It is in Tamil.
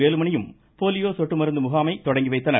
வேலுமணியும் போலியோ சொட்டு மருந்து முகாமை தொடங்கி வைத்தனர்